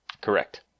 Correct